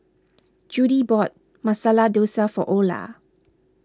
Judie bought Masala Dosa for Ola